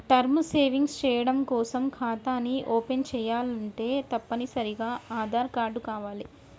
term savings చెయ్యడం కోసం ఖాతాని ఓపెన్ చేయాలంటే తప్పనిసరిగా ఆదార్ కార్డు కావాలే